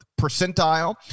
percentile